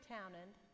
Townend